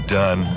done